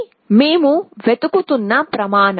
ఇది మేము వెతుకుతున్న ప్రమాణం